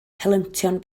helyntion